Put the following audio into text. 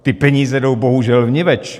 Ty peníze jdou bohužel vniveč.